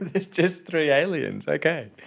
and just three aliens? okay.